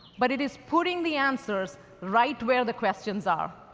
but it is putting the answers right where the questions are.